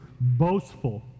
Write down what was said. boastful